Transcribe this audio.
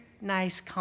nice